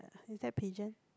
uh it's that pigeon